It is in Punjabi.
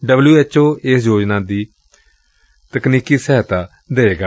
ਡਬਲਿਉ ਐਚ ਓ ਇਸ ਯੋਜਨਾ ਲਈ ਤਕਨੀਕ ਸਹਾਇਡਾ ਦਏਗਾ